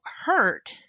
hurt